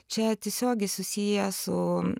čia tiesiogiai susiję su